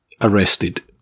arrested